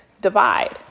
divide